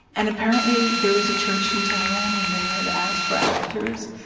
and apparently, there was a church in town, and they had asked for actors,